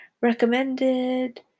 recommended